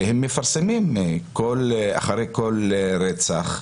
והם מפרסמים אחרי כל רצח.